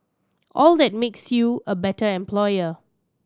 all that makes you a better employer